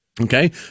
Okay